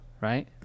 Right